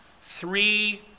three